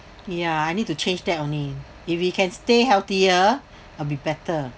ya I need to change that only if he can stay healthier uh be better